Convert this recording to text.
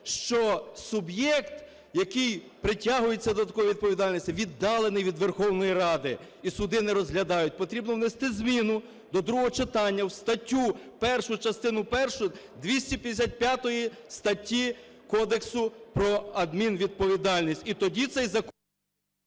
що суб'єкт, який притягується до такої відповідальності, віддалений від Верховної Ради, і суди не розглядають. Потрібно внести зміну до другого читання в статтю 1 частину першу 255 статті Кодексу про адмінвідповідальність. І тоді цей закон…